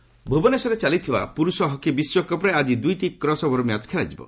hockey ଭୁବନେଶ୍ୱରରେ ଚାଲିଥିବା ପୁରୁଷ ହକି ବିଶ୍ୱକପ୍ରେ ଆଜି ଦୁଇଟି କ୍ରସ୍ ଓଭର ମ୍ୟାଚ୍ ଖେଳାଯିବ